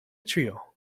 trio